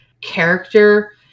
character